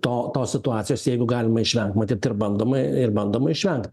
to tos situacijos jeigu galima išvengt matyt ir bandoma ir bandoma išvengt